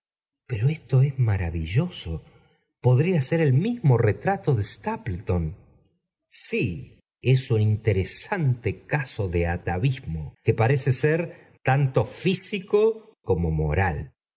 pero esto es maravilloso podría sor el mis mo retrato de stapleton si es un interesante caso de atavismo que parece ser tanto físico como moral